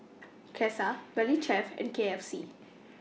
Cesar Valley Chef and K F C